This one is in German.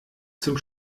zum